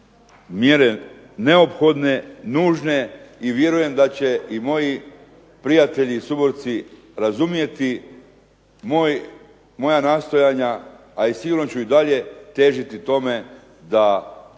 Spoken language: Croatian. mjere neophodne, nužne i vjerujem da će i moji prijatelji i suborci razumjeti moja nastojanja, a i sigurno ću i dalje težiti tome da populacija